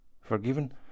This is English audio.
Forgiven